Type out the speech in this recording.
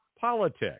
politics